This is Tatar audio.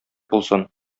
булсын